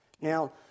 Now